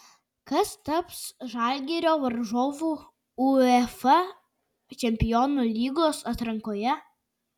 kas taps žalgirio varžovu uefa čempionų lygos atrankoje